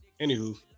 Anywho